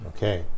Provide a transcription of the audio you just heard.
Okay